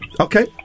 okay